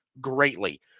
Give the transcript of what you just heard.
greatly